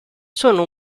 sono